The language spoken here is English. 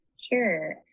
Sure